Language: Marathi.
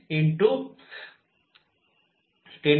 तर हे129